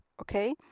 Okay